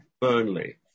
Burnley